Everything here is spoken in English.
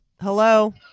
Hello